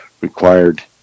required